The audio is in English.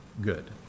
good